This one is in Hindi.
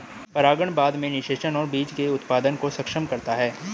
परागण बाद में निषेचन और बीज के उत्पादन को सक्षम करता है